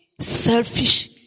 selfish